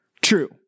true